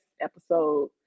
episode